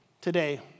today